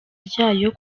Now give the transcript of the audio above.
ryayo